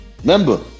Remember